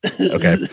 okay